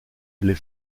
les